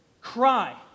Cry